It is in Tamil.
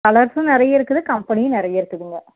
கலர்ஸும் நிறைய இருக்குது கம்பெனியும் நிறைய இருக்குதுங்க